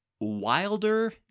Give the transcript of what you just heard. Wilder